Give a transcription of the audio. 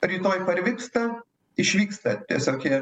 rytoj parvyksta išvyksta tiesiog jie